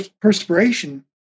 perspiration